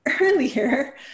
earlier